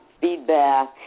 feedback